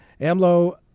AMLO